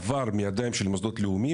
עבר מידיים של המוסדות הלאומיים,